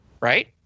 Right